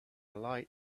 light